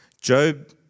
Job